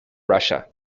russia